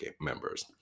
members